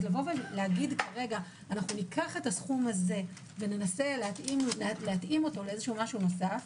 אז לומר כרגע: ניקח את הסכום הזה וננסה להתאים אותו למשהו נוסף,